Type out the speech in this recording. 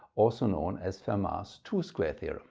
also known as fermat's two square theorem